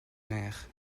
mère